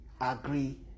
agree